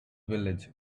village